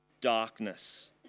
darkness